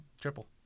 Triple